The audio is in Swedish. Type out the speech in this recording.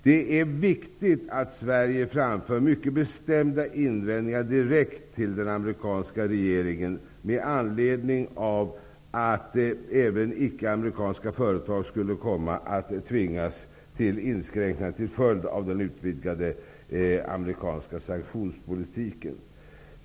Det är viktigt att Sverige framför mycket bestämda invändningar direkt till den amerikanska regeringen med anledning av att även ickeamerikanska företag skulle komma att tvingas till inskränkningar till följd av den utvidgade amerikanska sanktionspolitiken.